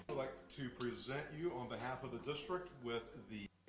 like to present you on behalf of the district with the